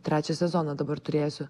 trečią sezoną dabar turėsiu